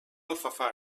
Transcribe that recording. alfafar